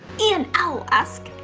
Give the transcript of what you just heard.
ian au ask,